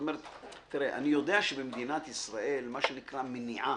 תראה, אני יודע שבמדינת ישראל, מה שנקרא מניעה,